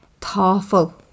thoughtful